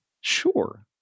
Sure